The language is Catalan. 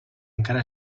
encara